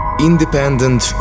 Independent